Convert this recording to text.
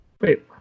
Wait